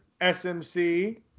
smc